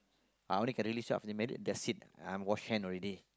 I only can really make sure after married that's it I wash hand already